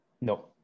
No